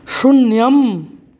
शून्यम्